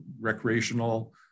recreational